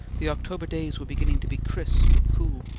the october days were beginning to be crisp and cool.